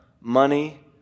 money